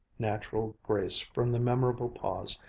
natural grace from the memorable pause,